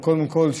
קודם כול,